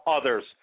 others